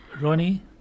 Ronnie